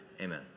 Amen